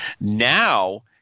Now